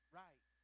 right